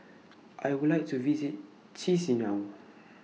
I Would like to visit Chisinau